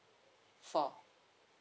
four